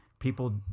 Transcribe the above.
People